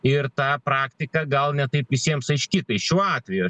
ir tą praktiką gal ne taip visiems aiški tai šiuo atveju